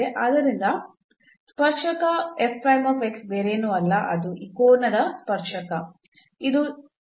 ಆದ್ದರಿಂದ ಸ್ಪರ್ಶಕ ಬೇರೇನೂ ಅಲ್ಲ ಅದು ಈ ಕೋನದ ಸ್ಪರ್ಶಕ